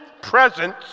presence